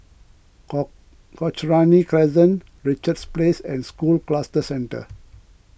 Cochrane Crescent Richards Place and School Cluster Centre